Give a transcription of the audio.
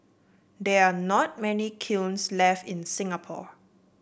there are not many kilns left in Singapore